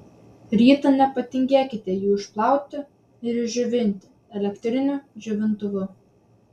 rytą nepatingėkite jų išplauti ir išdžiovinti elektriniu džiovintuvu